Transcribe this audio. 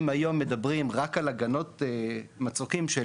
אם היום מדברים רק על הגנות מצוקים של